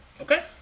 okay